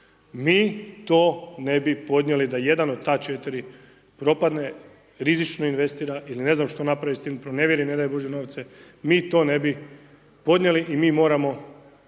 Mi to ne bi podnijeli da jedan od ta 4 propadne, rizično investira ili ne znam što napravi s tim, pronevjeri ne daj Bože novce, mi to ne bi podnijeli i mi moramo